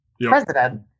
president